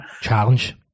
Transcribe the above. Challenge